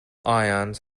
ions